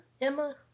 Emma